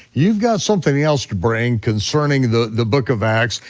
you've got something else to bring concerning the the book of acts,